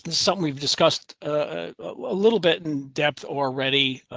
something we've discussed a little bit in depth already.